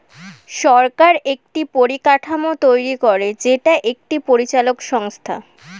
সরকার একটি পরিকাঠামো তৈরী করে যেটা একটি পরিচালক সংস্থা